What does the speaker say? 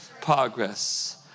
progress